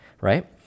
right